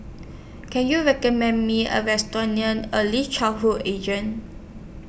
Can YOU recommend Me A Restaurant near Early Childhood Agent